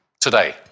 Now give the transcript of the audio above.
today